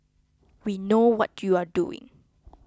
we know what you are doing